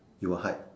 you will hide